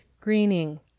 Greening